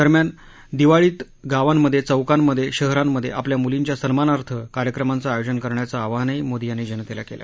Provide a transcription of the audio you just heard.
दरम्यान दिवाळीत गावांमध्ये चौकांमध्ये शहरांमध्ये आपल्या मुलींच्या सन्मानार्थ कार्यकमांचं आयोजन करण्याचं आवाहनही मोदी यांनी जनतेला केलं